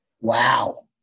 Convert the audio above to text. wow